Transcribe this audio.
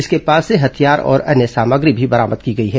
इसके पास से हथियार और अन्य सामग्री बरामद की गई है